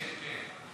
כן, כן.